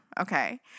okay